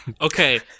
Okay